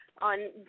on